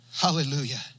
Hallelujah